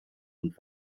und